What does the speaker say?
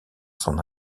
s’en